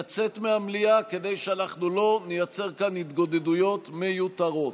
לצאת מהמליאה כדי שאנחנו לא נייצר כאן התגודדויות מיותרות.